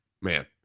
man